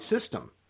system